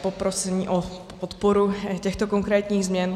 Poprosím o podporu těchto konkrétních změn.